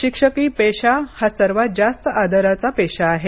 शिक्षकी पेशा हा सर्वात जास्त आदराचा पेशा आहे